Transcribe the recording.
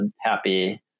happy